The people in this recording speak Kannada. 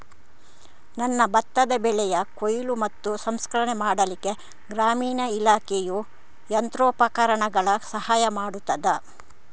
ನನ್ನ ಭತ್ತದ ಬೆಳೆಯ ಕೊಯ್ಲು ಮತ್ತು ಸಂಸ್ಕರಣೆ ಮಾಡಲಿಕ್ಕೆ ಗ್ರಾಮೀಣ ಇಲಾಖೆಯು ಯಂತ್ರೋಪಕರಣಗಳ ಸಹಾಯ ಮಾಡುತ್ತದಾ?